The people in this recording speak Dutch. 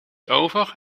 over